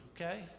okay